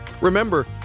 remember